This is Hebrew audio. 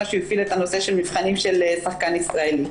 שהוא הפעיל את הנושא של מבחנים של שחקן ישראלי,